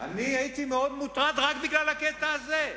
אני הייתי מאוד מוטרד רק בגלל הקטע הזה.